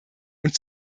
und